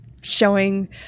showing